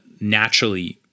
naturally